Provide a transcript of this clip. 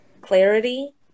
clarity